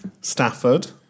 Stafford